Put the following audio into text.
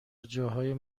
جاهای